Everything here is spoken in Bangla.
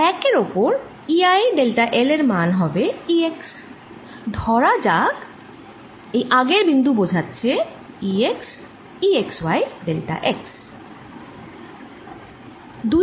1 এর ওপর E i ডেল্টা L এর মান হবে E x ধরা যাক এই আগের বিন্দু বোঝাচ্ছে E x E x y delta x